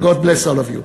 God bless all of you.